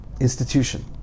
institution